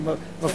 אני מבטיח לך.